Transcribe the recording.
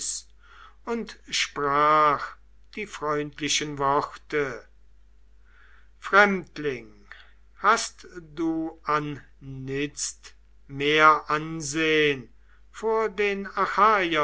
und sprach die freundlichen worte fremdling hast du anitzt mehr ansehn vor den